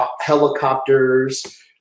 Helicopters